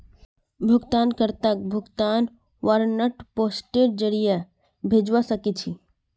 भुगतान कर्ताक भुगतान वारन्ट पोस्टेर जरीये भेजवा सके छी